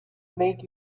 made